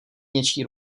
něčí